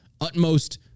utmost